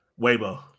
Weibo